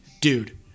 dude